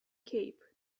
cape